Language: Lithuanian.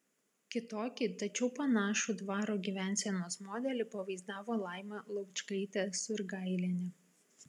kitokį tačiau panašų dvaro gyvensenos modelį pavaizdavo laima laučkaitė surgailienė